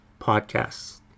podcasts